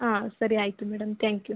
ಹಾಂ ಸರಿ ಆಯಿತು ಮೇಡಮ್ ತ್ಯಾಂಕ್ ಯು